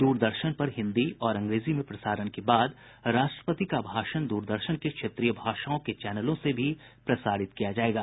दूरदर्शन पर हिंदी और अंग्रेजी में प्रसारण के बाद राष्ट्रपति का भाषण दूरदर्शन के क्षेत्रीय भाषाओं के चैनलों से भी प्रसारित किया जाएगा